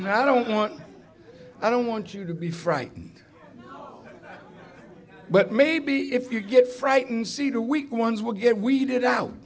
and i don't want i don't want you to be frightened but maybe if you get frightened see the weak ones will get weeded out